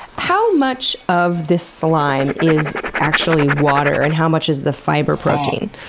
how much of this slime is actually water, and how much is the fiber protein?